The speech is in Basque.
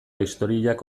historiak